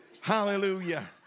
Hallelujah